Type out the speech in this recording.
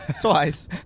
Twice